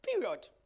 period